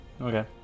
Okay